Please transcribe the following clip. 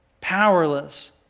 powerless